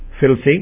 filthy